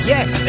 Yes